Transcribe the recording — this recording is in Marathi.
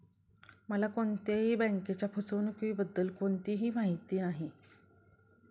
मला कोणत्याही बँकेच्या फसवणुकीबद्दल कोणतीही माहिती नाही